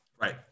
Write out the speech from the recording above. Right